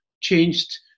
changed